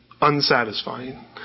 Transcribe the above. unsatisfying